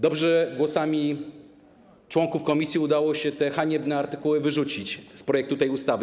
Dobrze, że głosami członków komisji udało się te haniebne artykuły wyrzucić z projektu ustawy.